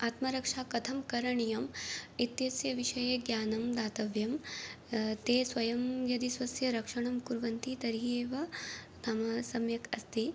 आत्मरक्षा कथं करणीया इत्यस्य विषये ज्ञानं दातव्यं ते स्वयं यदि स्वस्य रक्षणं कुर्वन्ति तर्हि एव तम सम्यक् अस्ति